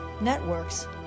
networks